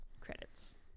credits